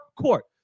court